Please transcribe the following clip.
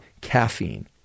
caffeine